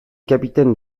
capitaine